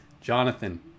Jonathan